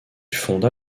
fonda